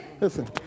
listen